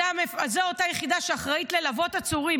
זו אותה יחידה שאחראית ללוות עצורים.